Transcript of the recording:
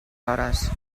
hores